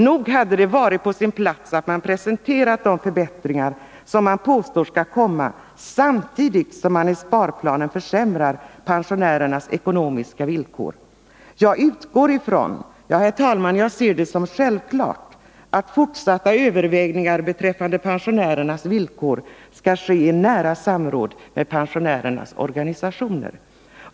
Nog hade det varit på sin plats att man presenterat de förbättringar som man påstår skall komma i synnerhet som man med sparplanen försämrar pensionärernas ekonomiska villkor. Jag utgår ifrån — ja, herr talman, jag ser det som självklart — att fortsatta övervägningar beträffande pensionärernas villkor skall ske i nära samråd med pensionärernas organisationer.